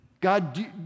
God